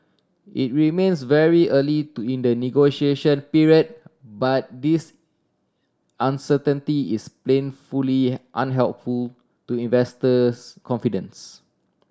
it remains very early to in the negotiation period but this uncertainty is plain unhelpful to investors confidence